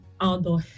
outdoor